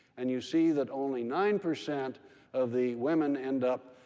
and you see that only nine percent of the women end up